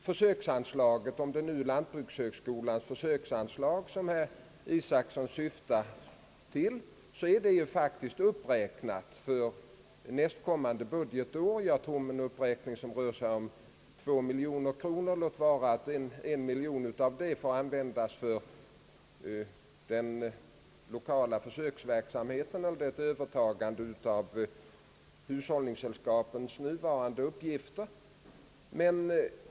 Försöksanslaget — om det nu är lantbrukshögskolans försöksanslag som herr Isacson syftar till — är faktiskt uppräknat för nästkommande budgetår med omkring två miljoner kronor; låt vara att en miljon kronor av dessa pengar måste användas för den lokala försöksverksamheten i samband med övertagande av hushållningssällskapens nuvarande uppgifter.